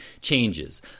changes